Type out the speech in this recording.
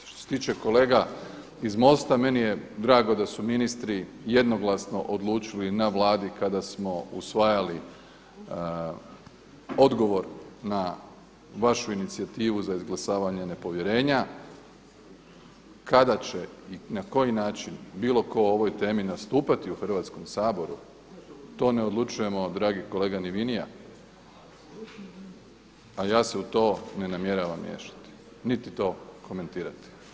Što se tiče kolega iz MOST-a meni je drago da su ministri jednoglasno odlučili na Vladi kada smo usvajali odgovor na vašu inicijativu za izglasavanje nepovjerenja kada će i na koji način bilo tko o ovoj temi nastupati u Hrvatskom saboru to ne odlučujemo dragi kolega ni vi ni ja, a ja se u to ne namjeravam miješati niti to komentirati.